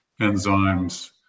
enzymes